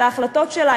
את ההחלטות שלה,